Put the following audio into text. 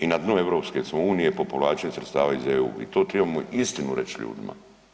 I na dnu Europske smo unije po povlačenju sredstva iz EU i to trebamo istinu reć ljudima.